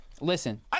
Listen